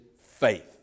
faith